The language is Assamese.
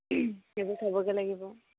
সেইবোৰ থ'বগৈ লাগিব